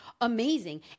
Amazing